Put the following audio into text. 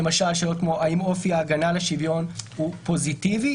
שאלות כמו האם אופי ההגנה על השוויון הוא פוזיטיבי,